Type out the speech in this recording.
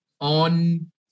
on